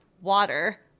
water